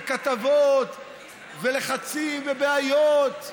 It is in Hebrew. כתבות ובעיות,